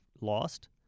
lost